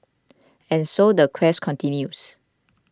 and so the quest continues